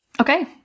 Okay